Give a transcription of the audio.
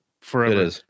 forever